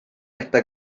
hasta